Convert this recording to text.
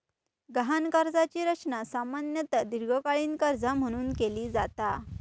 गहाण कर्जाची रचना सामान्यतः दीर्घकालीन कर्जा म्हणून केली जाता